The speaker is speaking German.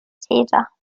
täter